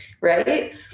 right